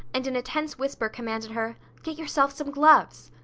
and in a tense whisper commanded her get yourself some gloves!